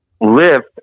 lift